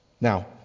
Now